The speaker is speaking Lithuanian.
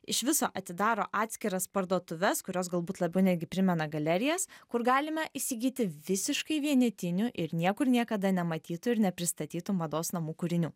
iš viso atidaro atskiras parduotuves kurios galbūt labiau netgi primena galerijas kur galime įsigyti visiškai vienetinių ir niekur niekada nematytų ir nepristatytų mados namų kūrinių